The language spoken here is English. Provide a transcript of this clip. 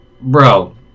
bro